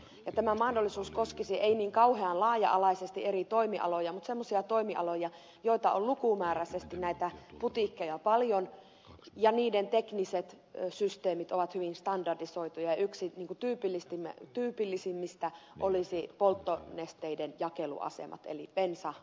ja tämä mahdollisuus koskisi ei niin kauhean laaja alaisesti eri toimialoja mutta semmoisia toimialoja joita on lukumääräisesti näitä putiikkeja paljon ja niiden tekniset systeemit ovat hyvin standardisoituja ja yksi tyypillisimmistä olisi polttonesteiden jakeluasemat eli bensa asemat